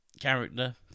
character